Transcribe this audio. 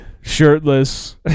shirtless